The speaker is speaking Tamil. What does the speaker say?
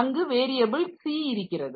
அங்கு வேரியபில் c இருக்கிறது